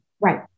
Right